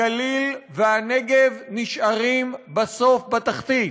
הגליל והנגב נשארים בסוף בתחתית.